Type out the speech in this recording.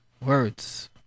words